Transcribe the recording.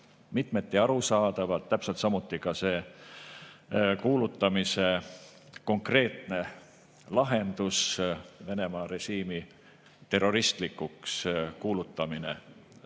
mitmeti arusaadavad, täpselt samuti see kuulutamise konkreetne lahendus, Venemaa režiimi terroristlikuks kuulutamine.